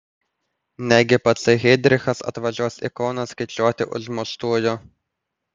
negi patsai heidrichas atvažiuos į kauną skaičiuoti užmuštųjų